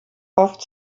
oft